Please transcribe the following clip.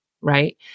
right